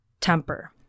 temper